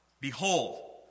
behold